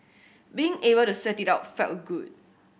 being able to sweat it out felt good